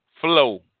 flow